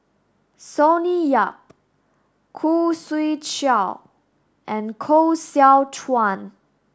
Sonny Yap Khoo Swee Chiow and Koh Seow Chuan